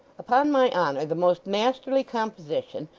upon my honour, the most masterly composition,